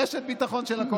רשת ביטחון של הקואליציה.